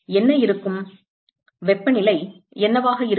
என்ன இருக்கும் வெப்பநிலை என்னவாக இருக்கும்